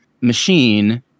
machine